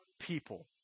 people